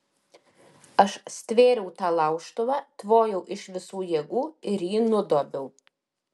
aš stvėriau tą laužtuvą tvojau iš visų jėgų ir jį nudobiau